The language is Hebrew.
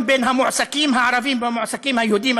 בין המועסקים הערבים למועסקים היהודים,